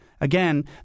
Again